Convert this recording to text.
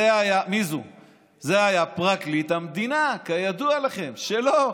זה היה פרקליט המדינה, כידוע לכם, שלו.